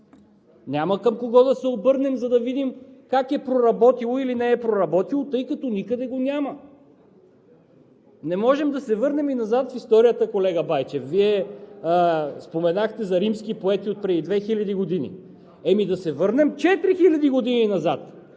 Няма към кого да се обърнем, за да видим как е проработило или не е проработило, тъй като никъде го няма. Не можем да се върнем и назад в историята, колега Байчев. Вие споменахте за римски поети от преди две хиляди години. Да се върнем четири хиляди